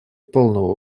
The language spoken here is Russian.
полного